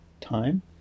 time